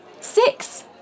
Six